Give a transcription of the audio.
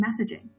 messaging